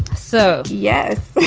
so, yes,